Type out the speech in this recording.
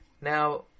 Now